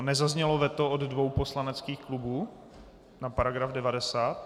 Nezaznělo veto od dvou poslaneckých klubů na § 90?